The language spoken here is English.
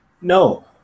No